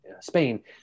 Spain